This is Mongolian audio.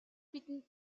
бидэнд